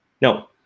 No